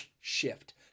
Shift